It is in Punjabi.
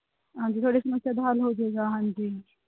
ਹਾਂਜੀ ਤੁਹਾਡੀ ਸਮੱਸਿਆ ਦਾ ਹੱਲ ਹੋ ਜੇਗਾ ਹਾਂਜੀ